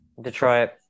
Detroit